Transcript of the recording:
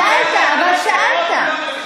שאלת, אבל שאלת.